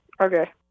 Okay